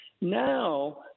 Now